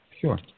sure